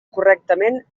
correctament